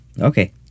Okay